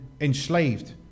enslaved